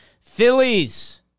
Phillies